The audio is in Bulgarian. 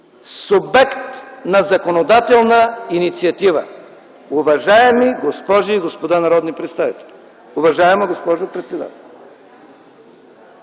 субект, на законодателна инициатива. Уважаеми госпожи и господа народни представители, уважаема госпожо председател!